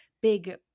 big –